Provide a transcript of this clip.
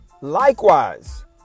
Likewise